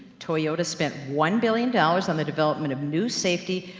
toyota spent one billion dollars on the development of new safety,